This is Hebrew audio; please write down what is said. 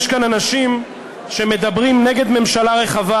יש כאן אנשים שמדברים נגד ממשלה רחבה,